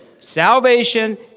Salvation